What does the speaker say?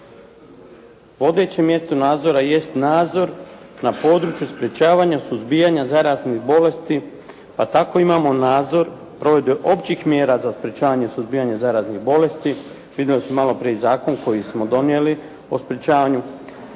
vodeće mjesto nadzora jest nadzor na području sprečavanja suzbijanja zaraznih bolesti, pa tako imamo nadzor provedbe općih mjera za sprečavanje suzbijanja zaraznih bolesti. Primili smo i malo prije zakon koji smo donijeli o sprečavanju